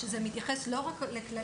שמתייחסים לא רק לכללית,